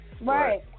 Right